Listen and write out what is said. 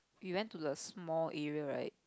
we went to the small area right